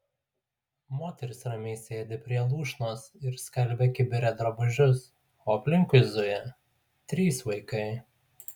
moteris ramiai sėdi prie lūšnos ir skalbia kibire drabužius o aplinkui zuja trys vaikai